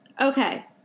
Okay